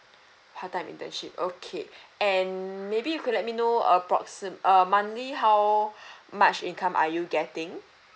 part time internship okay and maybe you could let me know approxi~ uh monthly how much income are you getting